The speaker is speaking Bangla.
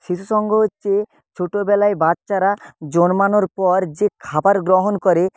শিশু সঙ্ঘ হচ্ছে ছোটবেলায় বাচ্চারা জন্মানোর পর যে খাবার গ্রহণ করে